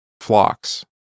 flocks